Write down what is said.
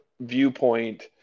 viewpoint